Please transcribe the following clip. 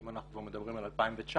אם אנחנו כבר מדברים על 2019,